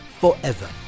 forever